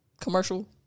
commercial